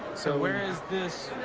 so. where is this.